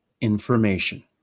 information